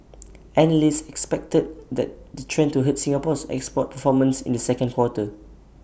analysts expected that the trend to hurt Singapore's export performance in the second quarter